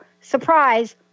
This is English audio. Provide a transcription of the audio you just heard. surprise